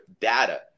data